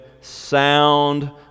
sound